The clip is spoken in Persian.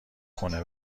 خونه